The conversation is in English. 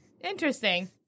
Interesting